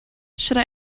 should